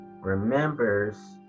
remembers